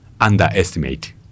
underestimate